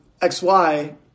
XY